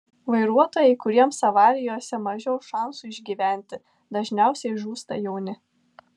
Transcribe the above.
vairuotojai kuriems avarijose mažiau šansų išgyventi dažniausiai žūsta jauni